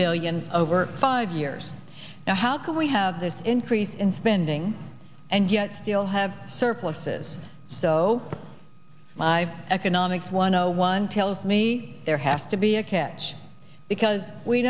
billion over five years now how can we have this increase in spending and yet still have surpluses so my economic one zero one tells me there has to be a catch because we